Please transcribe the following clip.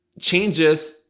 changes